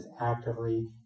actively